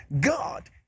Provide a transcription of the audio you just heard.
God